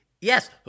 Yes